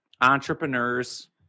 entrepreneurs